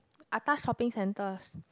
atas shopping centres